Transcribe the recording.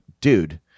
dude